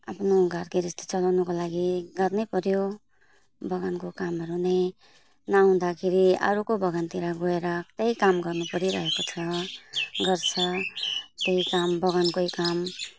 आफ्नो घर गृहस्थी चलाउनुको लागि गर्नै पर्यो बगानको कामहरू नै नहुँदाखेरि अरूको बगानतिर गएर त्यही काम गर्नु परिरहेको छ गर्छ त्यही काम बगानकै काम